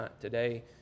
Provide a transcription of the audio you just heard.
today